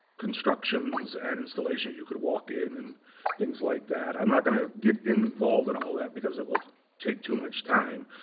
constructions and installation. you could walk in and things like that. i'm not going to get involved in all that because it will take too much time.